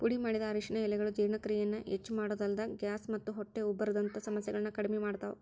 ಪುಡಿಮಾಡಿದ ಅರಿಶಿನ ಎಲೆಗಳು ಜೇರ್ಣಕ್ರಿಯೆಯನ್ನ ಹೆಚ್ಚಮಾಡೋದಲ್ದ, ಗ್ಯಾಸ್ ಮತ್ತ ಹೊಟ್ಟೆ ಉಬ್ಬರದಂತ ಸಮಸ್ಯೆಗಳನ್ನ ಕಡಿಮಿ ಮಾಡ್ತಾವ